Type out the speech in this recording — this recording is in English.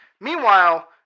Meanwhile